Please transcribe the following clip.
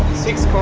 six